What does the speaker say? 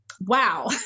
wow